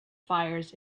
fires